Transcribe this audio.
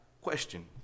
Question